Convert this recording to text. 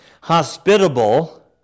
hospitable